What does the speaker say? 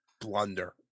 blunder